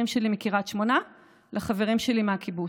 שלי מקריית שמונה לחברים שלי מהקיבוץ.